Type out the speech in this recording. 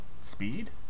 Speed